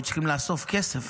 והיו צריכים לאסוף כסף